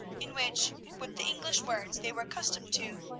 in which, with the english words they were accustomed to,